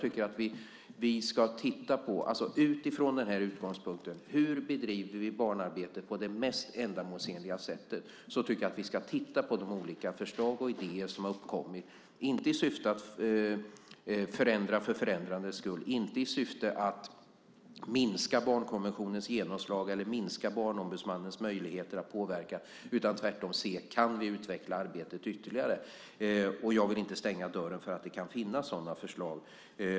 Med utgångspunkten hur vi bedriver barnarbete på det mest ändamålsenliga sättet tycker jag att vi ska titta på de olika förslag och idéer som har uppkommit, inte i syfte att förändra för förändrandets skull, inte i syfte att minska barnkonventionens genomslag eller minska Barnombudsmannens möjligheter att påverka, utan tvärtom för att se om vi kan utveckla arbetet ytterligare. Jag vill inte stänga dörren för att det kan finnas sådana förslag.